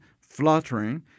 fluttering